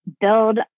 build